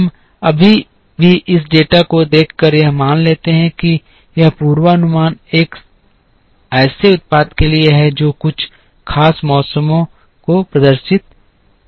हम अभी भी इस डेटा को देखकर यह मान लेते हैं कि यह पूर्वानुमान एक ऐसे उत्पाद के लिए है जो कुछ खास मौसमों को प्रदर्शित करता है